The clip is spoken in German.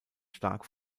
stark